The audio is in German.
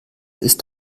ist